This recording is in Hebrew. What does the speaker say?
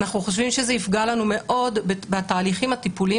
אנחנו חושבים שזה יפגע לנו מאוד בתהליכים הטיפוליים